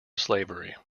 slavery